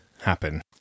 happen